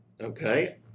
Okay